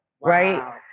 right